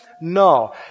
No